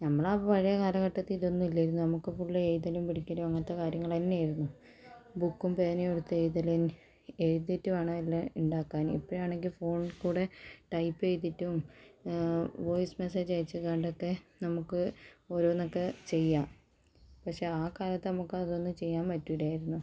നമ്മള് ആ പഴയ കാലഘട്ടത്തിൽ ഇതൊന്നും ഇല്ലായിരുന്നു നമുക്ക് ഫുള്ളും എഴുതലും പിടിക്കലും അങ്ങനത്തെ കാര്യങ്ങളന്നെയിരുന്നു ബുക്കും പേനയും എടുത്ത് എഴുതലും എഴുതിയിട്ട് വേണം എല്ലാം ഉണ്ടാക്കാന് ഇപ്പഴാണെങ്കിൽ ഫോണിൽ കൂടെ ടൈപ്പ് ചെയ്തിട്ടും വോയിസ് മെസ്സേജ് അയച്ച് കണ്ടൊക്കെ നമുക്ക് ഓരോന്നക്കെ ചെയ്യാം പക്ഷെ ആ കാലത്ത് നമുക്കതൊന്നും ചെയ്യാൻ പറ്റൂലായിരുന്നു